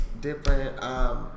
different